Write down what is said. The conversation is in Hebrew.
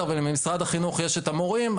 אם למשרד החינוך יש את המורים,